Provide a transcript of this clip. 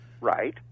Right